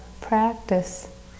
practice